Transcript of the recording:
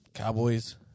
Cowboys